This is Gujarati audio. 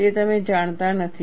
તે તમે જાણતા નથી